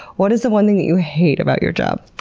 what is the one thing you hate about your job?